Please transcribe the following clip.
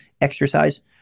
exercise